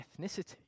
ethnicity